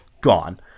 gone